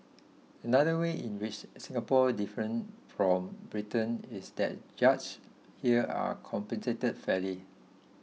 another way in which Singapore differs from Britain is that judges here are compensated fairly